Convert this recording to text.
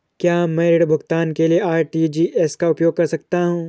क्या मैं ऋण भुगतान के लिए आर.टी.जी.एस का उपयोग कर सकता हूँ?